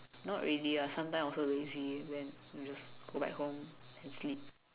not really ah sometime also lazy then just go back home and sleep